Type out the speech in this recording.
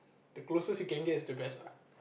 the closest it can gets it's the best ah